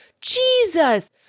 Jesus